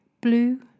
Blue